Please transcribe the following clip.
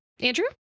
Andrew